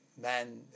man